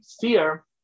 fear